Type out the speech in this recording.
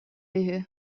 үһү